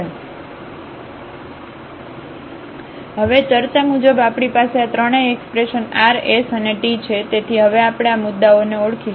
તેથી હવે ચર્ચા મુજબ આપણી પાસે આ ત્રણેય expression r s and t છે તેથી હવે આપણે આ મુદ્દાઓને ઓળખીશું